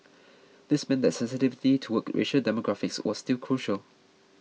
this meant that sensitivity toward racial demographics was still crucial